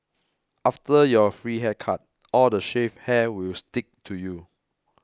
after your free haircut all the shaved hair will stick to you